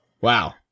wow